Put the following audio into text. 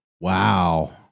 Wow